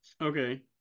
Okay